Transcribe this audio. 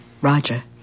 Roger